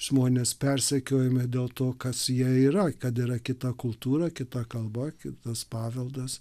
žmonės persekiojami dėl to kas jie yra kad yra kita kultūra kita kalba kitas paveldas